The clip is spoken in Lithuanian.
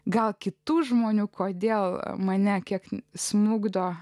gal kitų žmonių kodėl mane kiek smukdo